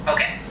Okay